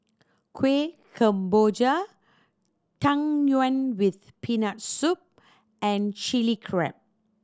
Kueh Kemboja Tang Yuen with Peanut Soup and Chili Crab